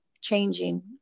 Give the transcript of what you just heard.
changing